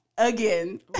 Again